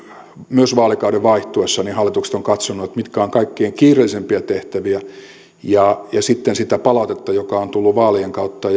myös vaalikauden vaihtuessa hallitukset ovat katsoneet mitkä ovat kaikkein kiireellisimpiä tehtäviä ja sitten sitä palautetta joka on tullut vaalien kautta